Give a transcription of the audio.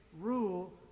rule